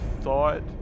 thought